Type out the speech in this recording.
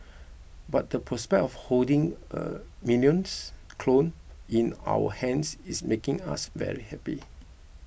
but the prospect of holding a Minions clone in our hands is making us very happy